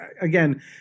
again